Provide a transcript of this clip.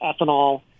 ethanol